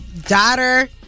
daughter